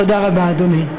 תודה רבה, אדוני.